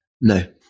No